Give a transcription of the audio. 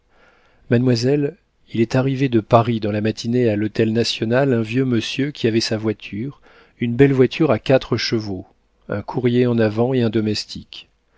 mademoiselle il est arrivé de paris dans la matinée à l'hôtel national un vieux monsieur qui avait sa voiture une belle voiture à quatre chevaux un courrier en avant et un domestique